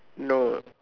no